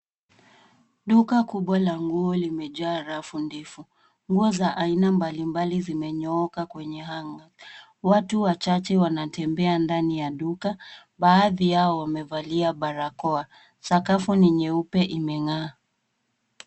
Duka kubwa la nguo limejaa rafu ndefu. Nguo za aina mbalimbali zimenyooka kwenye hanger . Watu wachache wanatembea ndani ya duka. Baadhi yao wamevalia barakoa. Sakafu ni nyeupe imeng'aa.